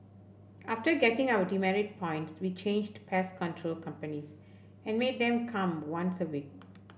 after getting our demerit points we changed pest control companies and made them come once a week